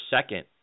second